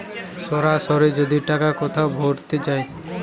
সরাসরি যদি টাকা কোথাও ভোরতে চায়